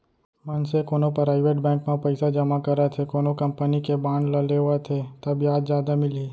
मनसे कोनो private bank म पइसा जमा करत हे कोनो कंपनी के बांड ल लेवत हे ता बियाज जादा मिलही